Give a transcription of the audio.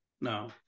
No